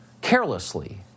carelessly